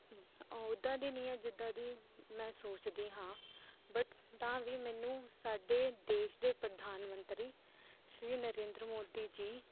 ਓਦਾਂ ਦੀ ਨਹੀਂ ਹੈ ਜਿੱਦਾਂ ਦੀ ਮੈਂ ਸੋਚਦੀ ਹਾਂ ਬਟ ਤਾਂ ਵੀ ਮੈਨੂੰ ਸਾਡੇ ਦੇਸ਼ ਦੇ ਪ੍ਰਧਾਨ ਮੰਤਰੀ ਸ਼੍ਰੀ ਨਰਿੰਦਰ ਮੋਦੀ ਜੀ